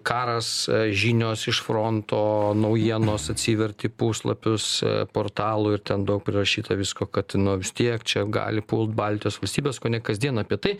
karas žinios iš fronto naujienos atsiverti puslapius portalų ir ten daug prirašyta visko kad nu vis tiek čia gali pult baltijos valstybes kone kasdien apie tai